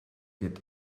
wird